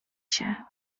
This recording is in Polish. się